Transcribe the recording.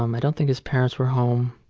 um i don't think his parents were home.